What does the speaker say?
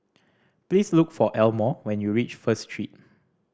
please look for Elmore when you reach First Street